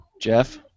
Jeff